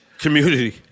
Community